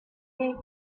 vie